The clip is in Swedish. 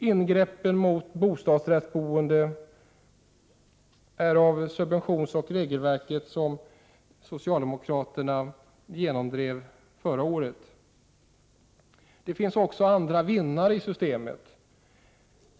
Ingreppen mot bostadsrättsboendet är en del av det subventionsoch regelverk som socialdemokraterna genomdrev inom bostadssektorn förra året. Det finns också vinnare i systemet.